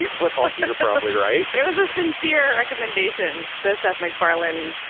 but also, you're probably right there was a sincere recommendation that seth macfarlane.